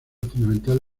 fundamental